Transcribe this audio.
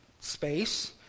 space